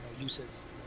uses